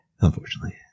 Unfortunately